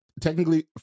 Technically